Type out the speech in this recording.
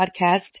podcast